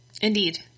Indeed